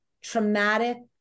traumatic